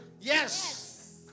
Yes